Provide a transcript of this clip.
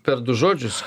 per du žodžius